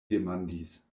demandis